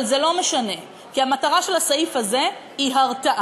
אבל זה לא משנה, כי המטרה של הסעיף הזה היא הרתעה.